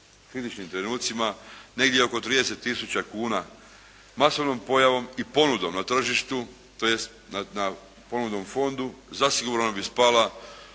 kritičnim trenucima je negdje oko 30 tisuća kuna. Masovnom ponudom na tržištu tj. ponudom fondu zasigurno bi spala